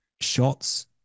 shots